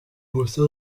gusa